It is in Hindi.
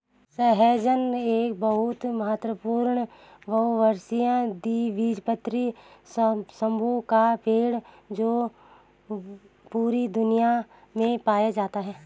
सहजन एक बहुत महत्वपूर्ण बहुवर्षीय द्विबीजपत्री समूह का पेड़ है जो पूरी दुनिया में पाया जाता है